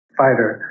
fighter